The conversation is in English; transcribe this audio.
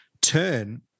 turn